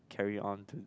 carry on to